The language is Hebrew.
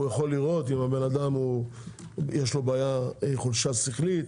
הוא יכול לראות אם לבן אדם יש חולשה שכלית,